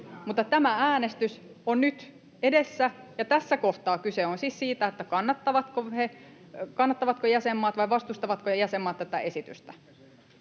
tämä äänestys on nyt edessä, ja tässä kohtaa kyse on siis siitä, kannattavatko jäsenmaat vai vastustavatko jäsenmaat tätä esitystä.